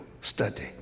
study